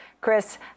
Chris